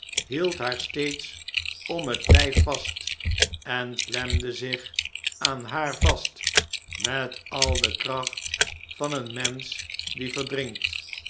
hield haar steeds om het ln'f vast en klemde zich aan haar vast met al de kracht j van een mensch die verdrinkt